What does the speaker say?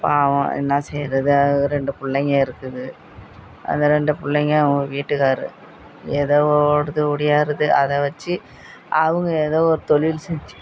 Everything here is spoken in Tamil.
பாவம் என்ன செய்கிறது அது ரெண்டு பிள்ளைங்க இருக்குது அந்த ரெண்டு பிள்ளைங்க அவங்க வீட்டுகாரரு ஏதோ ஓடுது ஓடியாருது அதை வச்சு அவங்க ஏதோ ஒரு தொழில் செஞ்சு